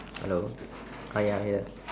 hello ah ya here